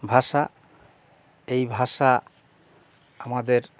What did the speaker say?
ভাষা এই ভাষা আমাদের